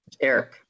Eric